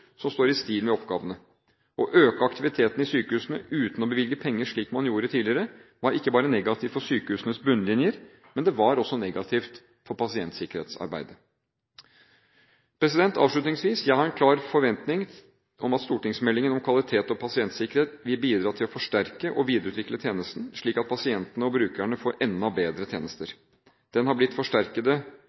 som står i stil med oppgavene. Å øke aktiviteten i sykehusene uten å bevilge penger, slik man gjorde tidligere, var ikke bare negativt for sykehusenes bunnlinjer, men det var også negativt for pasientsikkerhetsarbeid. Avslutningsvis: Jeg har en klar forventning om at stortingsmeldingen om kvalitet og pasientsikkerhet vil bidra til å forsterke og videreutvikle tjenesten, slik at pasientene og brukerne får enda bedre tjenester. Det har blitt forsterkede